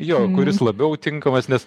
jo kuris labiau tinkamas nes